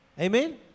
Amen